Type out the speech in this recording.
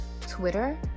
Twitter